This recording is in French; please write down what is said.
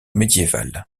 médiévale